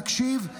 נקשיב,